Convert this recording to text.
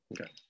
okay